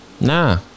nah